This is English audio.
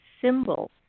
symbols